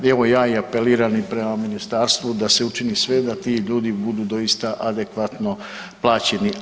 Evo ja i apeliram i prema ministarstvu da se učini sve da ti ljudi budu doista adekvatno plaćeni.